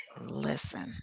listen